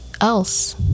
else